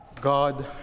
God